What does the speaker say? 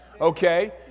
Okay